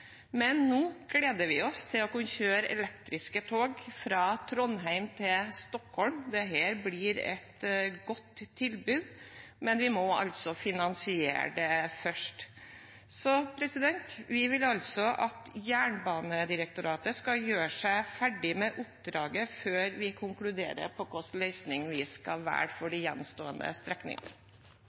men nå gleder vi oss til å kunne kjøre elektriske tog fra Trondheim til Stockholm. Dette blir et godt tilbud, men vi må altså finansierer det først. Vi vil altså at Jernbanedirektoratet skal gjøre seg ferdig med oppdraget, før vi konkluderer om hvilken løsning vi skal velge for de gjenstående strekningene.